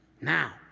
Now